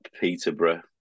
Peterborough